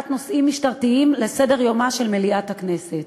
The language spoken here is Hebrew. נושאים משטרתיים לסדר-יומה של מליאת הכנסת: